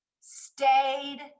stayed